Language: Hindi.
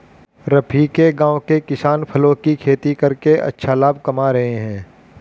रफी के गांव के किसान फलों की खेती करके अच्छा लाभ कमा रहे हैं